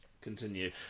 Continue